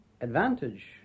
advantage